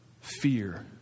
fear